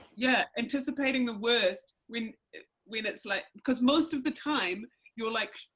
yeah, anticipating the worst when when it's like, because most of the time you're like,